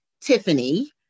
Tiffany